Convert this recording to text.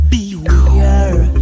Beware